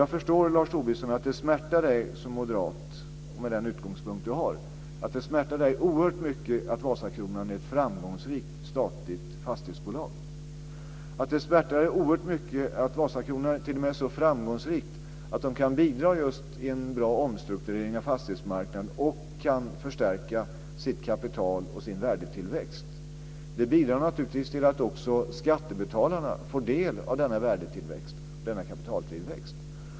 Jag förstår, Lars Tobisson, att det oerhört mycket smärtar dig som moderat och med den utgångspunkt som du har att Vasakronan är ett framgångsrikt statligt fastighetsbolag, att det smärtar dig oerhört mycket att Vasakronan t.o.m. är så framgångsrikt att man kan bidra just till en bra omstrukturering av fastighetsmarknaden och kan förstärka sitt kapital och sin värdetillväxt. Det bidrar naturligtvis till att också skattebetalarna får del av denna värde och kapitaltillväxt.